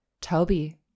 Toby